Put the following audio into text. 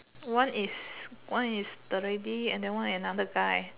one is one is the lady then another one guy